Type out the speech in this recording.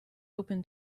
open